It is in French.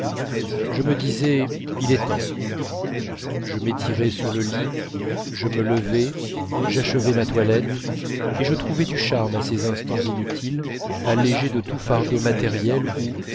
je me disais il est temps je m'étirais sur le lit je me levais j'achevais ma toilette et je trouvais du charme à ces instants inutiles allégés de tout fardeau matériel où